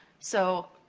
so,